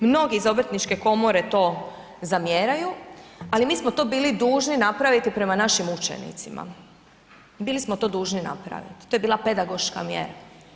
Mnogi iz Obrtničke komore to zamjeraju ali mi smo to bili dužni napraviti prema našim učenicima, bili smo to dužni napraviti, to je bila pedagoška mjera.